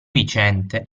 viciente